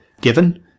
given